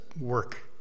work